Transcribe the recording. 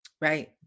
Right